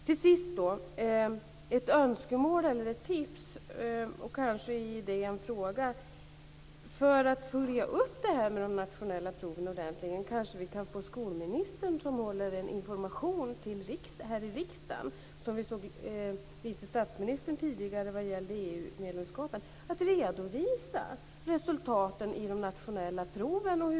Till sist vill jag framföra ett önskemål eller ett tips och kanske samtidigt en fråga: För att följa upp de nationella proven ordentligt kanske skolministern kan hålla en information här i riksdagen - så gjorde vice statsministern tidigare när det gällde EU medlemskapet - och redovisa resultaten i de nationella proven.